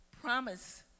promise